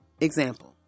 Example